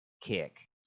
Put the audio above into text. kick